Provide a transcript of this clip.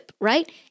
right